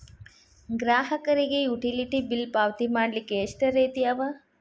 ಗ್ರಾಹಕರಿಗೆ utility bill ಪಾವತಿ ಮಾಡ್ಲಿಕ್ಕೆ ಎಷ್ಟ ರೇತಿ ಅವ?